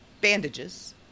bandages